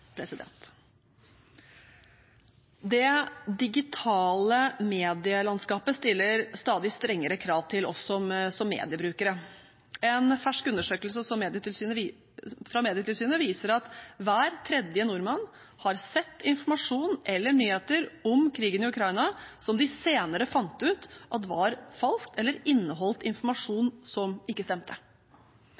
Det digitale medielandskapet stiller stadig strengere krav til oss som mediebrukere. En fersk undersøkelse fra Medietilsynet viser at hver tredje nordmann har sett informasjon eller nyheter om krigen i Ukraina som de senere fant ut var falsk eller inneholdt informasjon som ikke stemte.